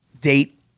date